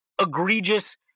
egregious